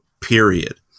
period